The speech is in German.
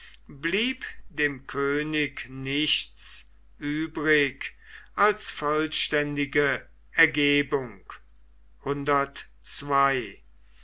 blieb dem könig nichts übrig als vollständige ergebung